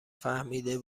فهمیده